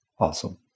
Awesome